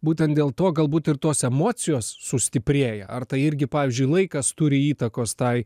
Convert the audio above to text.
būtent dėl to galbūt ir tos emocijos sustiprėja ar tai irgi pavyzdžiui laikas turi įtakos tai